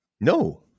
No